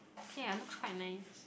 okay lah looks quite nice